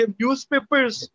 newspapers